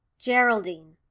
geraldine,